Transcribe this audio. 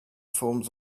forms